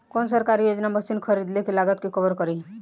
कौन सरकारी योजना मशीन खरीदले के लागत के कवर करीं?